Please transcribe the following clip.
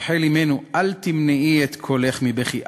רחל אמנו, אל תמנעי את קולך מבכי.